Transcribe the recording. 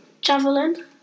Javelin